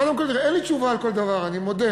קודם כול, אין לי תשובה על כל דבר, אני מודה.